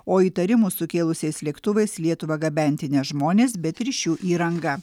o įtarimų sukėlusiais lėktuvais į lietuvą gabenti ne žmonės bet ryšių įranga